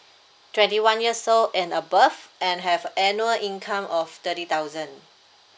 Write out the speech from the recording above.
twenty one years old and above and have annual income of thirty thousand